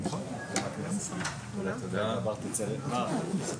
רונן גכטברג על הישגו הראוי לשבח.